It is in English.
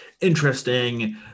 interesting